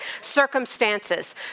Circumstances